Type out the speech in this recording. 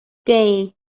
gain